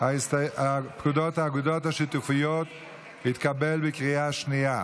פקודת האגודות השיתופיות התקבל בקריאה שנייה.